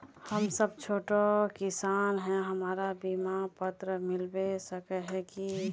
हम सब छोटो किसान है हमरा बिमा पात्र मिलबे सके है की?